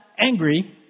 angry